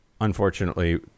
unfortunately